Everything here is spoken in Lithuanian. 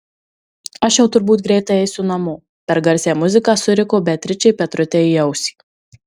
aš jau turbūt greitai eisiu namo per garsią muziką suriko beatričė petrutei į ausį